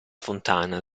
fontana